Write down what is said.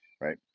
right